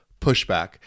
Pushback